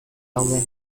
gaude